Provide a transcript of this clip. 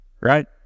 Right